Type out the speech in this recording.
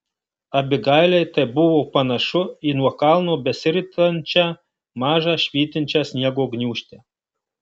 abigailei tai buvo panašu į nuo kalno besiritančią mažą švytinčią sniego gniūžtę